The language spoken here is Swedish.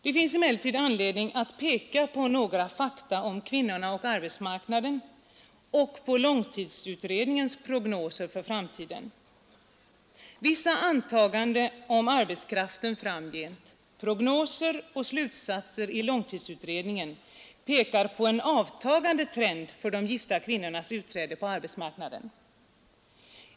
Det finns emellertid anledning att peka på några fakta om kvinnorna och arbetsmarknaden samt på långtidsutredningens prognoser för framtiden. Vissa antaganden om arbetskraften framgent, prognoser och slutsatser i långtidsutredningen, pekar på en avtagande trend för de gifta kvinnornas utträde på arbetsmarknaden.